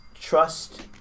trust